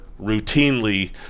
routinely